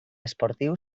esportiu